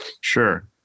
Sure